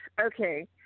Okay